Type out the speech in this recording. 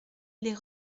les